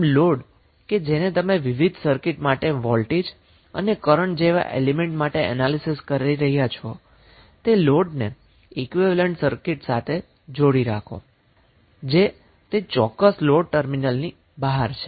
આમ લોડ કે જેને તમે વિવિધ સર્કિટ માટે વોલ્ટેજ અને કરન્ટ જેવા એલીમેન્ટ માટે એનાલીસીસ કરી રહ્યા છો તે લોડને ઈક્વીવેલેન્ટ સર્કિટની સાથે જોડી રાખો જે તે ચોક્કસ લોડ ટર્મિનલની બહાર છે